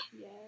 Yes